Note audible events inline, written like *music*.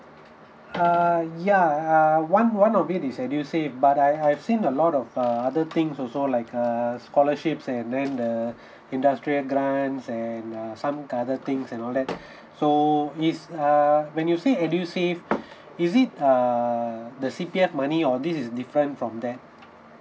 uh ya err one one of it is edusave but I I've seen a lot of uh other things also like err scholarships and then the *breath* industrial grants and uh some other things and all that *breath* so is uh when you say edusave is it err the C_P_F money or this is different from that